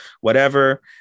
whatever